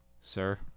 sir